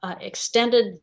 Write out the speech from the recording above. Extended